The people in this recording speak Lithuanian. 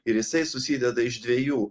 ir jisai susideda iš dviejų